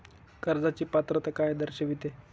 कर्जाची पात्रता काय दर्शविते?